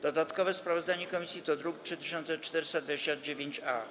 Dodatkowe sprawozdanie komisji to druk nr 3429-A.